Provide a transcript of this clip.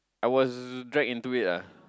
I was dragged into it lah